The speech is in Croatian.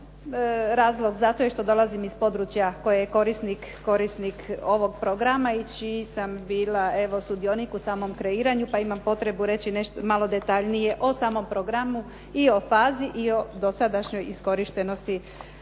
na razlog zato što dolazim iz područja koje je korisnik ovog programa i čiji sam bila evo sudionik u samom kreiranju pa imam potrebu reći malo detaljnije o samom programu i o fazi i o dosadašnjoj iskorišteni